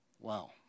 Wow